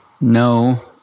No